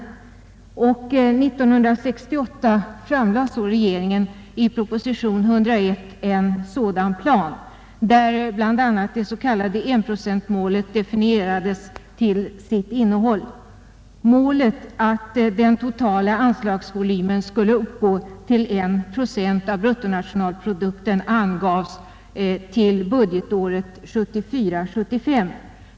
1968 framlade så regeringen i proposition 101 en sådan plan, där bl.a. det s.k. enprocentsmålet definierades till sitt innehåll. Målet, att den totala anslagsvolymen skulle uppgå till en procent av bruttonationalprodukten, angavs till budgetåret 1974/75.